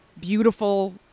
beautiful